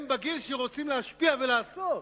הם בגיל שרוצים להשפיע ולעשות,